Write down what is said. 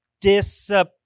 Discipline